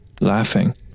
laughing